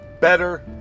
better